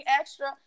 extra